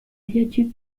viaduc